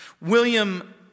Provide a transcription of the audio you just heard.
William